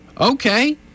Okay